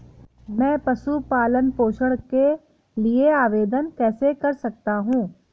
मैं पशु पालन पोषण के लिए आवेदन कैसे कर सकता हूँ?